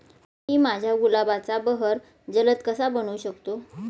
मी माझ्या गुलाबाचा बहर जलद कसा बनवू शकतो?